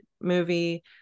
movie